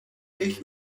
ich